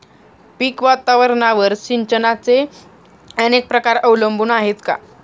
पीक वातावरणावर सिंचनाचे अनेक प्रकार अवलंबून आहेत का?